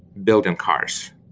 building cars,